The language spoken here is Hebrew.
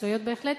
מקצועיות בהחלט.